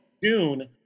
June